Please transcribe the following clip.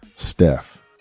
Steph